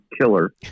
Killer